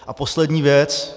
A poslední věc.